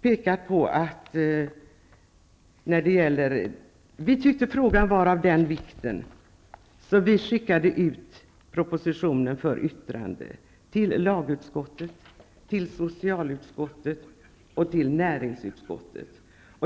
Vi tyckte frågan var så viktig att vi skickade ut propositionen för yttrande till lagutskottet, socialutskottet och näringsutskottet.